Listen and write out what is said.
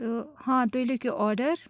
تہٕ ہاں تُہۍ لیٚکھِو آرڈَر